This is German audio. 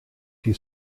die